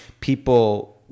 people